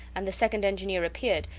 and the second engineer appeared,